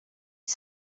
had